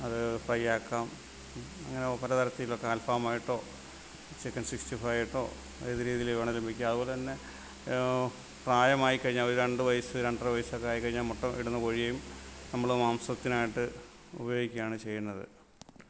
അത് ഫ്രൈ ആക്കാം അങ്ങനെ പല തരത്തിലുള്ള അൽഫാമായിട്ടോ ചിക്കൻ സിക്സ്റ്റി ഫൈവായിട്ടോ ഏതു രീതിയിൽ വേണമെങ്കിലും വെക്കാം അതുപോലെതന്നെ പ്രായമായിക്കഴിഞ്ഞാൽ ഒരു രണ്ട് വയസ്സ് രണ്ടര വയസ്സൊക്കെ ആയിക്കഴിഞ്ഞാൽ മുട്ട ഇടുന്ന കോഴിയേയും നമ്മൾ മാംസത്തിനായിട്ട് ഉപയോഗിക്കുകയാണ് ചെയ്യുന്നത്